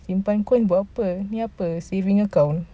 simpan pun buat apa ini apa saving account